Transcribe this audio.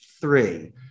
Three